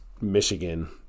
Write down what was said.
michigan